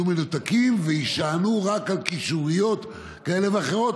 יהיו מנותקות ויישענו רק על קישוריות כאלה ואחרות,